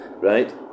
right